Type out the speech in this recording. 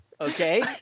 okay